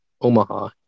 Omaha